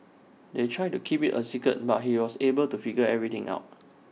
they tried to keep IT A secret but he was able to figure everything out